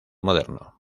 moderno